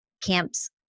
camps